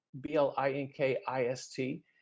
B-L-I-N-K-I-S-T